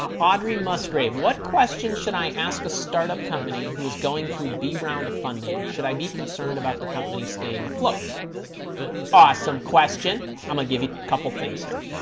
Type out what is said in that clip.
um audrey musgrave what questions should i ask a startup company who was going through b round of funding should i be concerned about the company staying afloat awesome question i'm gonna give you a couple things here